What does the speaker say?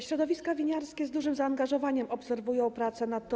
Środowiska winiarskie z dużym zaangażowaniem obserwują prace nad tą ustawą.